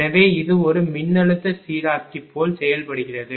எனவே இது ஒரு மின்னழுத்த சீராக்கி போல் செயல்படுகிறது